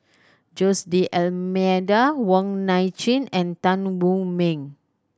Jose D'Almeida Wong Nai Chin and Tan Wu Meng